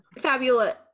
Fabulous